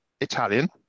italian